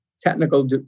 technical